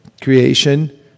creation